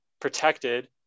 protected